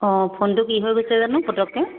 অঁ ফোনটো কি হৈ গৈছে জানো পটককে